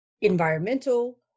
environmental